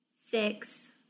six